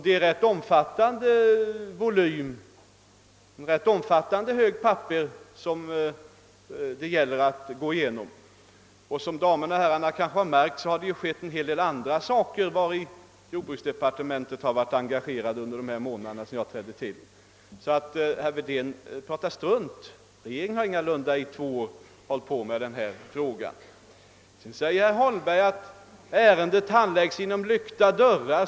Det är en rätt stor hög papper som det gäller att gå igenom, och som damerna och herrarna kanske märkt har det ju hänt en hel del andra saker som jordbruksdepartementet varit engagerat i under de månader som gått sedan jag trädde till. Herr Wedén pratar alltså strunt. Regeringen har ingalunda tagit två år på sig för beredningen av denna fråga. Herr Holmberg säger att ärendet handlagts inom lyckta dörrar.